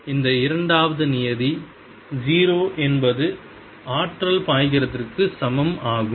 எனவே இந்த இரண்டாவது நியதி 0 என்பது ஆற்றல் பாய்கிறதற்கு சமம் ஆகும்